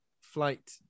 Flight